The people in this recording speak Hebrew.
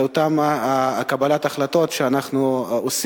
על קבלת ההחלטות שלנו,